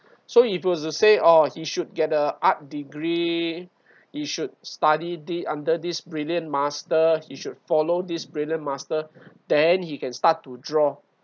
so if he was to say oh he should get a art degree you should study this under this brilliant master he should follow this brilliant master then he can start to draw